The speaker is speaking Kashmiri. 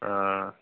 آ